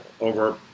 over